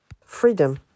freedom